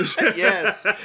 Yes